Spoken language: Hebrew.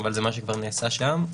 אבל זה משהו שכבר נעשה שם.